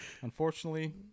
unfortunately